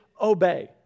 obey